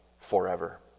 forever